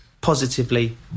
positively